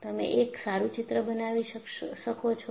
તમે એક સારું ચિત્ર બનાવી શકો છો